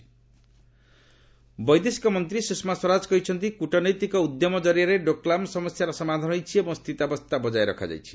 LS Sushma ଚୀନ୍ ବୈଦେଶିକ ମନ୍ତ୍ରୀ ସୁଷମା ସ୍ୱରାଜ କହିଛନ୍ତି କ୍ରଟନୈତିକ ଉଦ୍ୟମ ଜରିଆରେ ଡୋକ୍ଲାମ୍ ସମସ୍ୟାର ସମାଧାନ ହୋଇଛି ଏବଂ ସ୍ଥିତାବସ୍ଥା ବଜାୟ ରଖାଯାଇଛି